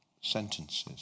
sentences